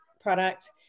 product